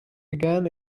began